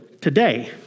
today